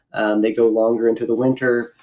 and they go longer into the winter,